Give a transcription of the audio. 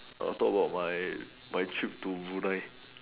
after around my trip to Brunei